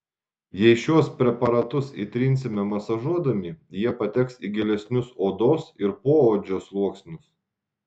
jei šiuos preparatus įtrinsime masažuodami jie pateks į gilesnius odos ir poodžio sluoksnius